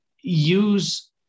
use